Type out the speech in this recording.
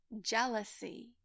jealousy